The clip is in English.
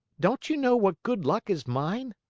don't you know what good luck is mine?